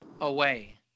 away